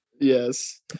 Yes